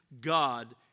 God